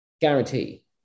Guarantee